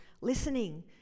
listening